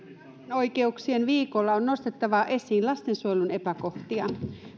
oikeuksien viikolla on nostettava esiin lastensuojelun epäkohtia